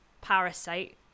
Parasite